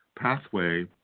pathway